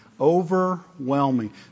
overwhelming